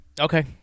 Okay